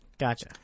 Gotcha